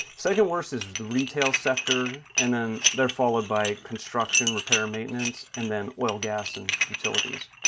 second worst is the retail sector. and then they're followed by construction, repair maintenance and then oil gas and utilities.